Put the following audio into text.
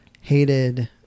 hated